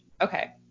Okay